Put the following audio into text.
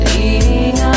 Leading